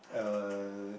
uh